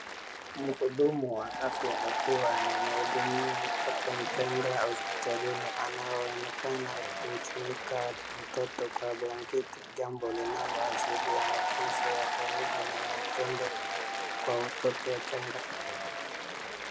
Mhudumu wa afya akiwa anamhudumia mtoto mchanga hosiptalini anayeonekana akimfunika mtoto kwa blanketi, jambo linalo ashiria matunzo ya karibu na ya upendo kwa watoto wachanga.